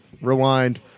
rewind